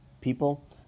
People